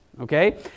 okay